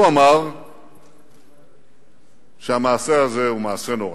הוא אמר שהמעשה הזה הוא מעשה נורא.